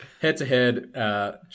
head-to-head